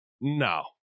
No